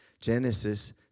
Genesis